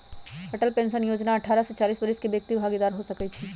Atal pension जोजना अठारह से चालीस वरिस के व्यक्ति भागीदार हो सकइ छै